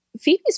Phoebe's